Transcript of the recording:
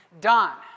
done